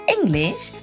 English